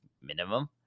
minimum